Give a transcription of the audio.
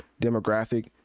demographic